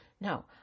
no